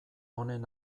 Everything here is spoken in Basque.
honen